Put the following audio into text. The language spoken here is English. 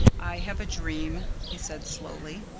i have a dream, he said slowly.